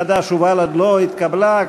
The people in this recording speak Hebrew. חד"ש ובל"ד לא התקבלה.